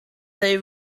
they